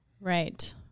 Right